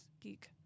geek